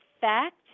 fact